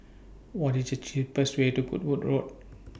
What IS The cheapest Way to Goodwood Road